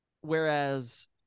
whereas